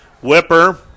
Whipper